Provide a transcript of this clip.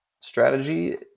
strategy